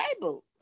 Bible